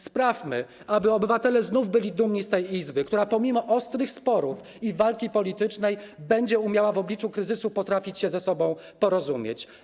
Sprawmy, aby obywatele znów byli dumni z tej Izby, która pomimo ostrych sporów i walki politycznej będzie umiała w obliczu kryzysu się ze sobą porozumieć.